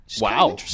Wow